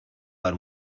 dar